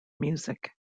music